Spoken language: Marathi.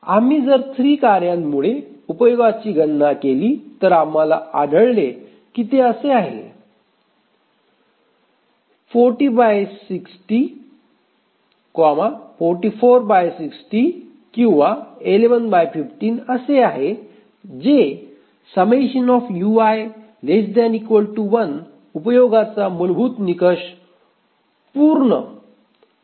आम्ही जर 3 कार्यांमुळे उपयोगाची गणना केली तर आम्हाला आढळले की ते असे आहे किंवा असे आहे जे उपयोगाचा मूलभूत निकष पूर्ण करते